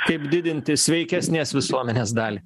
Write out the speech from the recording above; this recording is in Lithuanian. kaip didinti sveikesnės visuomenės dalį